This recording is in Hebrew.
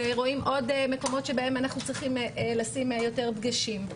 ורואים עוד מקומות שבהם אנחנו צריכים לשים יותר דגשים.